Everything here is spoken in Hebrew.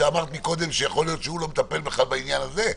שאמרת קודם שיכול להיות שהוא לא מטפל בכלל בעניין הזה?